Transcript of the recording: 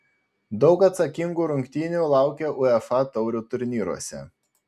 daug atsakingų rungtynių laukia uefa taurių turnyruose